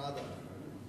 ועדה.